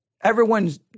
everyone's